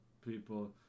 people